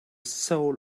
soul